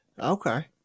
Okay